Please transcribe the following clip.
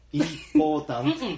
important (